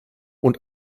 und